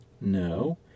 No